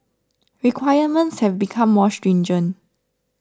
requirements have become more stringent